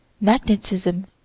magnetism